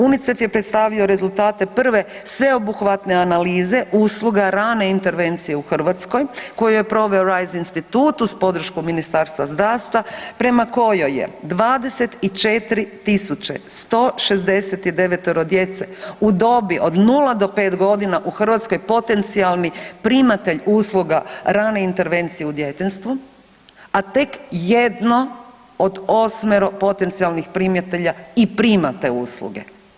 UNICEF je predstavio rezultate prve sveobuhvatne analize usluga rane intervencije u Hrvatskoj koju je proveo Raiz institut uz podršku Ministarstva zdravstva prema kojoj je 24.169 djece u dobi od 0 do 5 godina u Hrvatskoj potencijali primatelj usluga rane intervencije u djetinjstvu, a tek 1 od 8 potencijalnih primatelja i prima te usluge.